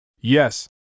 Yes